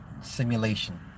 simulation